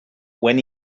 when